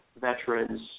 veterans